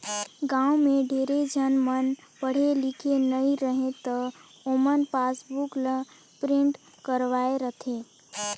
गाँव में ढेरे झन मन पढ़े लिखे नई रहें त ओमन पासबुक ल प्रिंट करवाये रथें